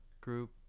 group